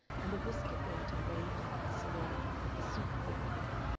and the whiskered waiter waved in his subordinate with the soup forthwith.